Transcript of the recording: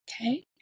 Okay